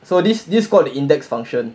so this this called the index function